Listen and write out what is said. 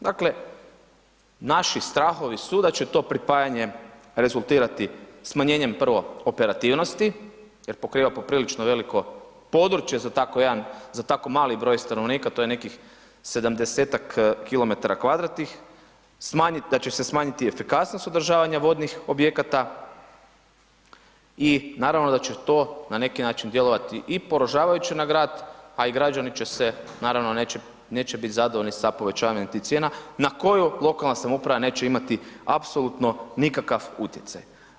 Dakle, naši strahovi su da će to pripajanje rezultirati smanjenjem prvo operativnosti jer pokriva prilično veliko područje za tako jedan, za tako mali broj stanovnika to je nekih 70 km2, smanjiti, da će se smanjiti efikasnost održavanja vodnih objekata i naravno da će to na neki način djelovati i poražavajuće na grad, a i građani će se, naravno neće biti zadovoljni sa povećavanjem tih cijena na koju lokalna samouprava neće imati apsolutno nikakav utjecaj.